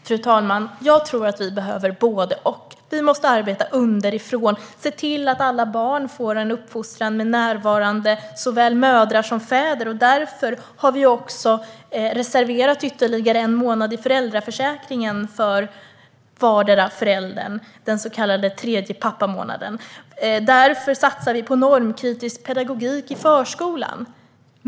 Fru talman! Jag tror att vi behöver både och. Vi måste arbeta underifrån, se till att alla barn får en uppfostran med närvarande mödrar och fäder. Därför har vi också reserverat ytterligare en månad i föräldraförsäkringen för vardera föräldern, den så kallade tredje pappamånaden. Och därför satsar vi på normkritisk pedagogik i förskolan.